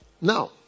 Now